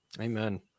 amen